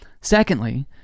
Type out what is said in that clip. Secondly